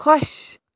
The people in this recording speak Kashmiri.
خۄش